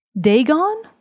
Dagon